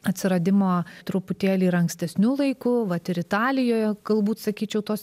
atsiradimo truputėlį ir ankstesniu laiku vat ir italijoje galbūt sakyčiau tos